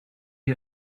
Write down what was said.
you